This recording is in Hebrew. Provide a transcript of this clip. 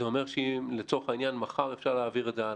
זה אומר שמחר אפשר להעביר את זה הלאה.